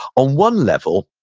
on one level,